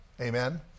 Amen